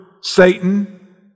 Satan